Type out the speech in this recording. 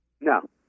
No